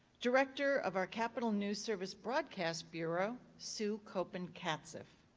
director of our capital news service broadcast bureau, sue kopen katcef.